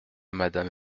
madame